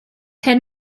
hyn